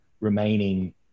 remaining